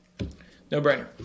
No-brainer